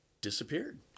disappeared